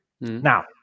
now